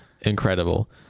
incredible